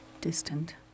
distant